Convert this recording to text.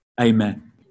Amen